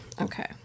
Okay